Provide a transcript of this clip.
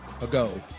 ago